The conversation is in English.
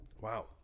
Wow